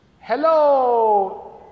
Hello